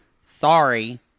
sorry